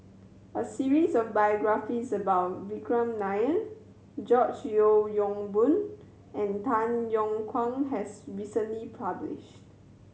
a series of biographies about Vikram Nair George Yeo Yong Boon and Tay Yong Kwang has recently published